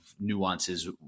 nuances